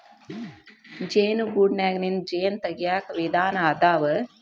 ಜೇನು ಗೂಡನ್ಯಾಗಿಂದ ಜೇನ ತಗಿಯಾಕ ವಿಧಾನಾ ಅದಾವ